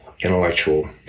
intellectual